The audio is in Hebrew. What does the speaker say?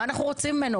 מה אנחנו רוצים ממנו?